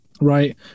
right